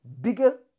Bigger